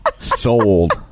sold